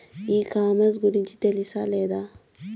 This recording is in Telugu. ఈ కామర్స్ గురించి తెలుసా లేదా?